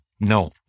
No